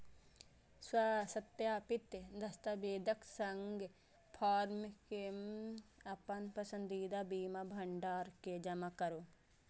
स्वसत्यापित दस्तावेजक संग फॉर्म कें अपन पसंदीदा बीमा भंडार मे जमा करू